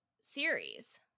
series